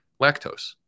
lactose